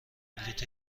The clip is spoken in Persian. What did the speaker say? بلیط